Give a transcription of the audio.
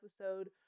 episode